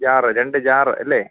jar രണ്ട് jar അല്ലേ